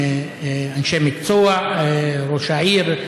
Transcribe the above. עכשיו, אנחנו רואים